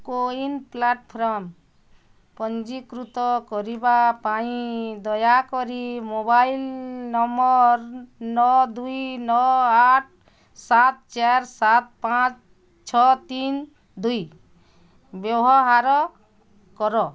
CoWIN platform ପଞ୍ଜୀକୃତ କରିବା ପାଇଁ ଦୟାକରି ମୋବାଇଲ୍ ନମ୍ବର୍ ନଅ ଦୁଇ ନଅ ଆଠ ସାତ ଚାରି ସାତ ପାଞ୍ଚ ଛଅ ତିନ ଦୁଇ ବ୍ୟବହାର କର